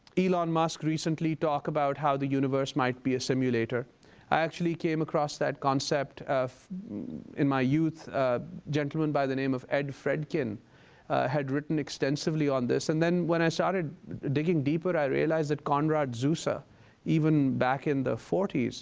elon musk recently talk about how the universe might be a simulator. i actually came across that concept in my youth. a gentleman by the name of ed fredkin had written extensively on this. and then when i started digging deeper i realized that konrad zuse, ah even back in the forty s,